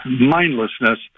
mindlessness